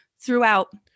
throughout